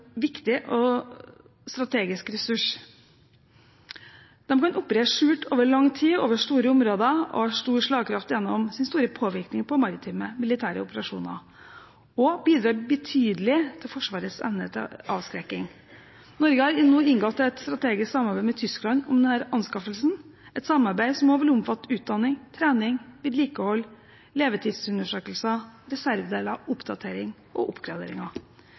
viktig og strategisk ressurs. De kan operere skjult over lang tid over store områder, har stor slagkraft gjennom sin store påvirkning på maritime militære operasjoner og bidrar betydelig til Forsvarets evne til avskrekking. Norge har nå inngått et strategisk samarbeid med Tyskland om denne anskaffelsen, et samarbeid som også vil omfatte utdanning, trening, vedlikehold, levetidsundersøkelser, reservedeler, oppdatering og oppgraderinger.